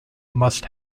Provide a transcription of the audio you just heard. must